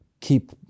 keep